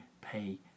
pay